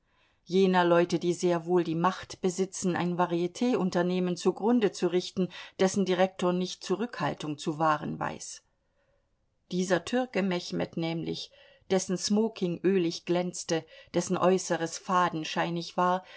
jener leute die sehr wohl die macht besitzen ein varietunternehmen zugrunde zu richten dessen direktor nicht zurückhaltung zu wahren weiß dieser türke mechmed nämlich dessen smoking ölig glänzte dessen äußeres fadenscheinig war